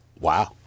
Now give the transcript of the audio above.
Wow